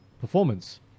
Performance